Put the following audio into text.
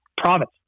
province